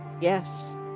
yes